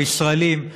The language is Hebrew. הישראלים,